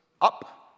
up